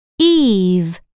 eve